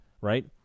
right